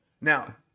now